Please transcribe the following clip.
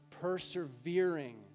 persevering